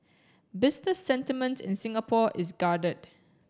business sentiment in Singapore is guarded